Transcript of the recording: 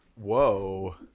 Whoa